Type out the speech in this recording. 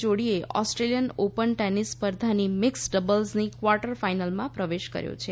જોડીએ Australian Open tennis સ્પર્ધાની mix ડબલ્સની ક્વાર્ટર ફાઈનલમાં પ્રવેશ કર્યો છે